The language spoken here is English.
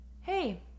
hey